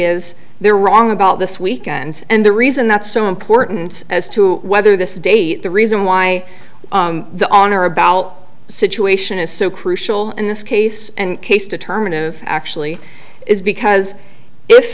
is they're wrong about this weekend and the reason that's so important as to whether this date the reason why the honor about situation is so crucial in this case and case determinative actually is because i